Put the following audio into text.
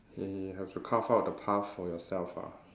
eh have to crave out a path for yourself ah